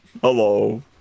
Hello